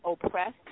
oppressed